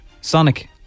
Sonic